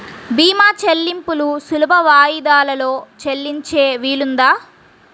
భీమా చెల్లింపులు సులభ వాయిదాలలో చెల్లించే వీలుందా?